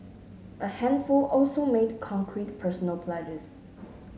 a handful also made concrete personal pledges